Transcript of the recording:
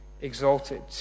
exalted